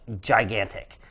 gigantic